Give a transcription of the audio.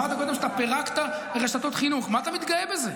אמרת קודם שפירקת רשתות חינוך, מה אתה מתגאה בזה?